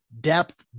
depth